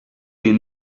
you